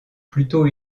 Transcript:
plutôt